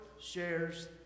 shares